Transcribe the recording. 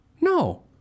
No